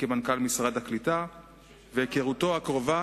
וכמנכ"ל משרד הקליטה והיכרותו הקרובה